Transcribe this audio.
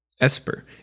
Esper